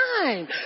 time